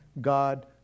God